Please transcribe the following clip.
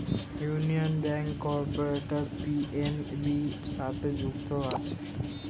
union bank currently PNB সাথে যুক্ত হয়েছে